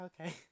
okay